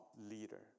leader